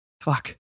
Fuck